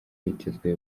yitezwe